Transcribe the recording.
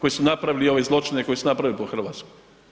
koji su napravili ove zločine koje su napravili po Hrvatskoj.